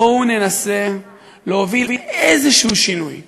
בואו ננסה להוביל שינוי כלשהו,